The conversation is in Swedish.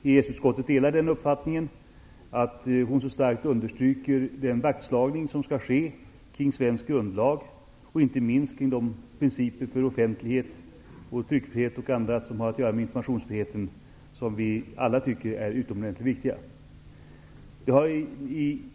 Herr talman! Jag vill gärna säga till Ingela Mårtensson att jag tycker att det är värdefullt att hon så starkt understryker att vi skall slå vakt om svensk grundlag och inte minst de principer för offentlighet, tryckfrihet och annat som har att göra med informationsfriheten, som vi alla tycker är utomordentligt viktiga. Jag är säker på att de övriga ledamöterna i EES-utskottet delar min uppfattning i detta avseende.